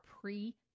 pre